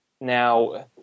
Now